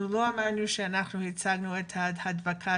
אנחנו לא אמרנו כשהצגנו את ההדבקה